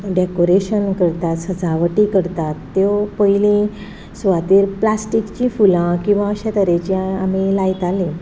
decoration करता सजावट करता त्यो पयले सुवातेर प्लास्टीकची फुलां किंवां अशे तरेचें आमी लायतालीं